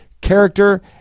character